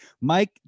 Mike